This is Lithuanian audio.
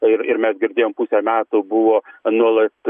ir ir mes girdėjom pusę metų buvo nuolat